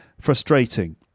frustrating